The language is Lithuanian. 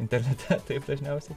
internete taip dažniausiai